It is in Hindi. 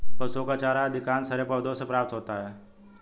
पशुओं का चारा अधिकांशतः हरे पौधों से प्राप्त होता है